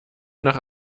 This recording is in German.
nach